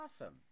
awesome